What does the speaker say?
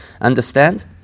understand